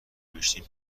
نوشتین